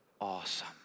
awesome